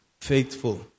faithful